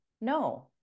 no